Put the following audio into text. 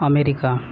America